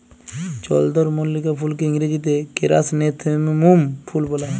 চলদরমল্লিকা ফুলকে ইংরাজিতে কেরাসনেথেমুম ফুল ব্যলা হ্যয়